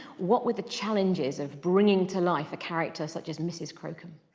what were the challenges of bringing to life a character such as mrs crocombe?